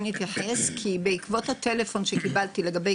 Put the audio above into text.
בעקבות הטלפון שקיבלתי לגבי